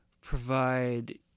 provide